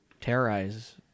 terrorize